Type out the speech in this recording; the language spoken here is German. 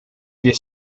wir